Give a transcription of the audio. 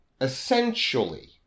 essentially